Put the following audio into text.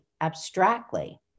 abstractly